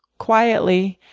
quietly,